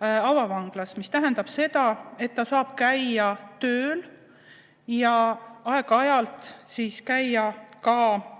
avavanglas, mis tähendab seda, et ta saab käia tööl ja aeg-ajalt käia ka